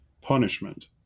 punishment